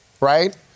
Right